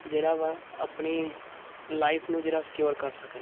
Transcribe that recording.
ਜਿਹੜਾ ਵਾ ਆਪਣੀ ਲਾਈਫ ਨੂੰ ਜਿਹੜਾ ਸਿਕਿਓਰ ਕਰ ਸਕਣ